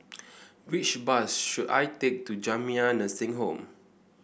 which bus should I take to Jamiyah Nursing Home